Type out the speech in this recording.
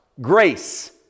grace